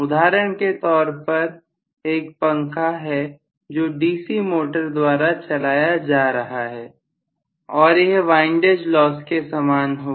उदाहरण के तौर पर एक पंखा है जो डीसी मोटर द्वारा चलाया जा रहा है और यह वाइंडेज लॉस के समान होगा